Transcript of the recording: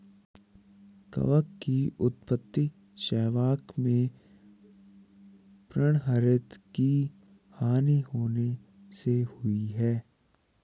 कवक की उत्पत्ति शैवाल में पर्णहरित की हानि होने से हुई है